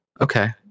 okay